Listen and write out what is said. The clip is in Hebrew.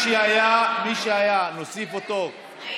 הצעת החוק עברה בקריאה טרומית,